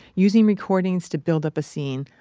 using recordings to build up a scene,